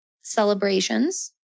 celebrations